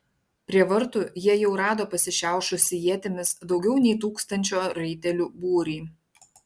prie vartų jie jau rado pasišiaušusį ietimis daugiau nei tūkstančio raitelių būrį